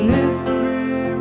history